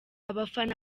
abafana